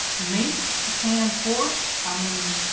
meet the canned pork i mean